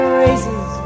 races